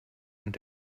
und